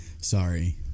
Sorry